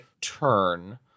turn